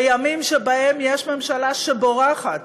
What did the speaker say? בימים שבהם יש ממשלה שבורחת,